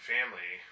Family